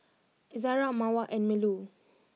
Izara Mawar and Melur